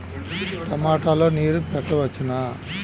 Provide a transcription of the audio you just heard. టమాట లో నీరు పెట్టవచ్చునా?